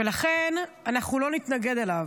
ולכן אנחנו לא נתנגד אליו,